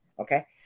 Okay